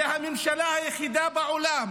זאת הממשלה היחידה בעולם